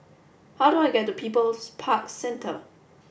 how do I get to People's Park Centre